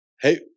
hey